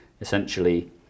essentially